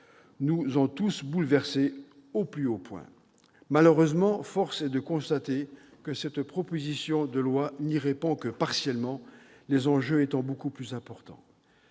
nous ont tous bouleversés au plus haut point. Malheureusement, force est de constater que cette proposition de loi n'y répond que partiellement, les enjeux étant beaucoup plus importants.